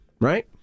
right